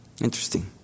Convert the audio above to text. Interesting